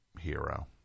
hero